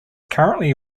currently